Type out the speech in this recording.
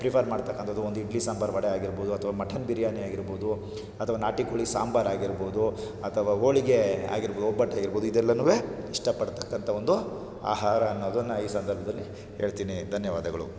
prefer ಮಾಡ್ತಕ್ಕಂಥದ್ದು ಒಂದು ಇಡ್ಲಿ ಸಾಂಬಾರು ವಡೆ ಆಗಿರ್ಬೋದು ಅಥವಾ ಮಠನ್ ಬಿರಿಯಾನಿ ಆಗಿರ್ಬೋದು ಅಥವಾ ನಾಟಿ ಕೋಳಿ ಸಾಂಬರಾಗಿರ್ಬೋದು ಅಥವಾ ಹೋಳಿಗೆ ಆಗಿರ್ಬೋದು ಒಬ್ಬಟ್ಟಾಗಿರ್ಬೋದು ಇದೆಲ್ಲಾನೂ ಇಷ್ಟಪಡ್ತಕ್ಕಂಥ ಒಂದು ಆಹಾರ ಅನ್ನೋದನ್ನ ಈ ಸಂದರ್ಭದಲ್ಲಿ ಹೇಳ್ತೀನಿ ಧನ್ಯವಾದಗಳು